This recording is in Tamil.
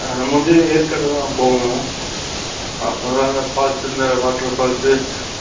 ஆ நம்ம வந்து ஏற்காடுதான் போவோம் அப்போ அந்த ஃபால்ஸ் இந்த வாட்ரு ஃபால்சு